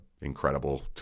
incredible